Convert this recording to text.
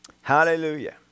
Hallelujah